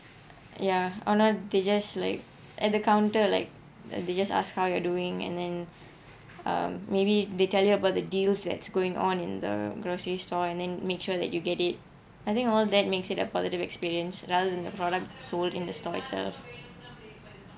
ya or not they just like at the counter like they just ask how you're doing and then um maybe they tell you about the deals that's going on in the grocery store and then make sure that you get it I think all that makes it a positive experience rather than the product sold in the store itself